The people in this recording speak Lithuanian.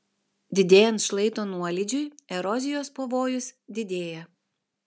didėjant šlaito nuolydžiui erozijos pavojus didėja